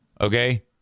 Okay